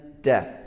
death